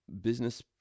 business